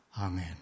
Amen